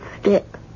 stick